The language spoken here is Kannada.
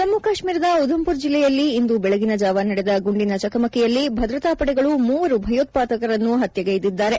ಜಮ್ಮ ಕಾಶ್ಮೀರದ ಉಧಮ್ಪುರ್ ಜಿಲ್ಲೆಯಲ್ಲಿ ಇಂದು ಬೆಳಗಿನ ಜಾವ ನಡೆದ ಗುಂಡಿನ ಚಕಮಕಿಯಲ್ಲಿ ಭದ್ರತಾ ಪಡೆಗಳು ಮೂವರು ಭಯೋತ್ಪಾದಕರನ್ನು ಪತ್ಯೆಗೈದಿದ್ದಾರೆ